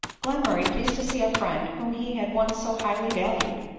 glenmurray, pleased to see a friend whom he had once so highly valued,